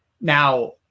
Now